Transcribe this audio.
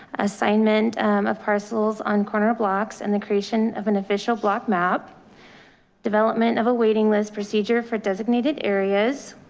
assignment of parcels on corner blocks and the creation of an official block map development of a waiting list procedure for designated areas,